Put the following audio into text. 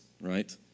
right